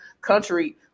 country